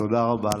תודה רבה.